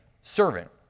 servant